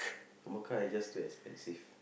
Mecca is just too expensive